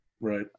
right